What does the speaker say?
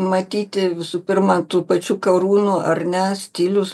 matyti visų pirma tų pačių karūnų ar ne stilius